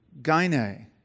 gyne